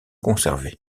conservés